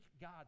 God